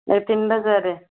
ଏଇ ତିନିଟା ଜାଗାରେ